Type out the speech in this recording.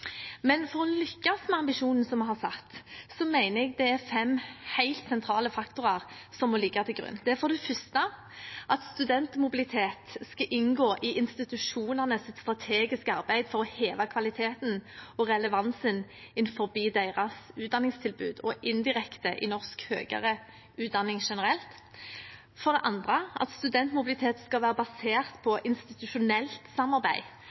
Men for å lykkes med ambisjonen som vi har satt, mener jeg det er fem helt sentrale faktorer som må ligge til grunn: Studentmobilitet skal inngå i institusjonenes strategiske arbeid for å heve kvaliteten og relevansen innenfor deres utdanningstilbud og indirekte i norsk høyere utdanning generelt. Studentmobilitet skal være basert på institusjonelt samarbeid